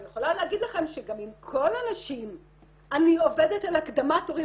אני יכולה להגיד לכם שגם עם כל הנשים אני עובדת על הקדמת תורים.